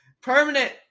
permanent